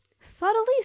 subtly